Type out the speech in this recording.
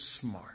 smart